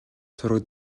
сураг